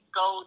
go